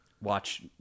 Watch